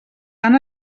han